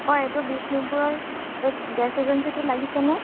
অঁ এইটো বিষ্ণুপুৰৰ এই গেছ এজেঞ্চিটো লাগিছেনে